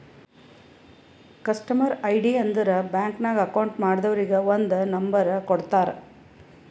customer ID ಅಂದುರ್ bank ನಾಗ್ account ಮಾಡ್ದವರಿಗ್ ಒಂದ್ ನಂಬರ್ ಕೊಡ್ತಾರ್